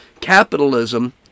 capitalism